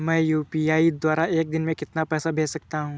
मैं यू.पी.आई द्वारा एक दिन में कितना पैसा भेज सकता हूँ?